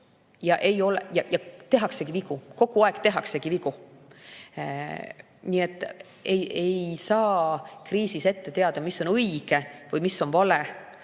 muutub ja tehaksegi vigu, kogu aeg tehaksegi vigu. Nii et kriisis ei saa ette teada, mis on õige või mis on vale,